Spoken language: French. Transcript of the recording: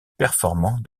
performant